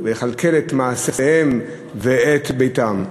ולכלכל את מעשיהם ואת ביתם.